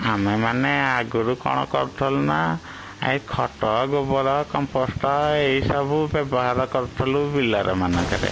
ଆମେ ମାନେ ଆଗୁରୁ କ'ଣ କରୁଥିଲୁ ନା ଏଇ ଖତ ଗୋବର କମ୍ପୋଷ୍ଟ ଏଇସବୁ ବ୍ୟବହାର କରୁଥିଲୁ ବିଲରେ ମାନଙ୍କରେ